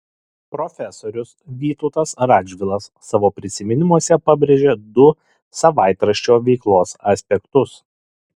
profesorius vytautas radžvilas savo prisiminimuose pabrėžia du savaitraščio veiklos aspektus